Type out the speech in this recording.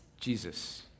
Jesus